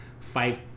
five